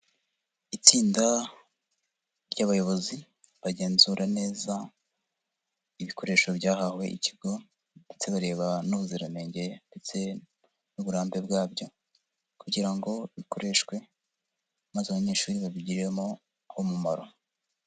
Itsinda ry'abayobozi bagenzura neza ibikoresho byahawe ikigo ndetse bareba n'ubuziranenge ndetse n'uburambe bwabyo, kugira ngo bikoreshwe maze abanyeshuri babigiriremo umumaro.